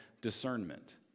discernment